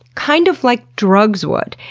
kind of like drugs would,